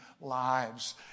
lives